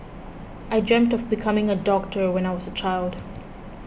I dreamt of becoming a doctor when I was a child